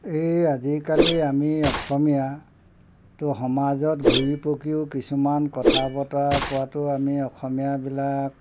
এই আজিকালি আমি অসমীয়াটো সমাজত ঘূৰি পকিও কিছুমান কথা বতৰা কোৱাটো আমি অসমীয়াবিলাক